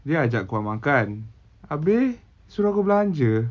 dia ajak keluar makan abeh suruh aku belanja